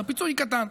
אז הפיצוי הוא קטן.